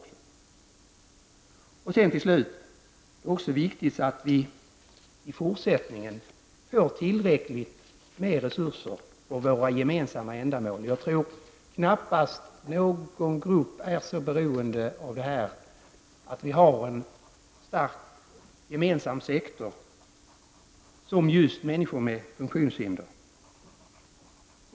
Till slut vill jag påpeka att det är viktigt att vi också i fortsättningen får tillräckligt med resurser för våra gemensamma ändamål. Jag tror knappast att någon grupp är så beroende av att vi har en stark gemensam sektor som just människor med funktionshinder.